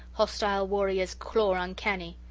hostile warrior's claw uncanny.